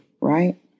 right